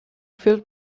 filled